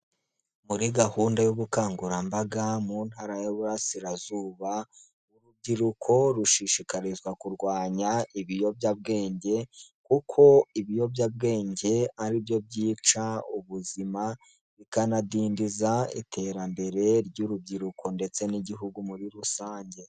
Muri gahunda y'ubukangurambaga mu ntara y'ububurasirazuba, urubyiruko rushishikarizwa kurwanya ibiyobyabwenge kuko ibiyobyabwenge ari byo byica ubuzima, bikanadindiza iterambere ry'urubyiruko ndetse n'igihugu muri rusange.